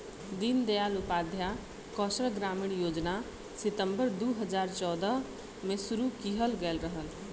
दीन दयाल उपाध्याय कौशल ग्रामीण योजना सितम्बर दू हजार चौदह में शुरू किहल गयल रहल